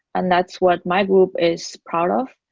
and that's what my group is proud of.